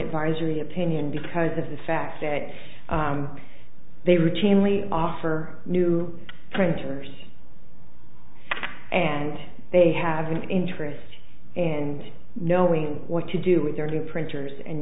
advisory opinion because of the fact that they routinely offer new printers and they have an interest and knowing what to do with their printers and